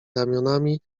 ramionami